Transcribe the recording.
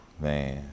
Man